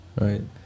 right